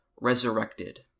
Resurrected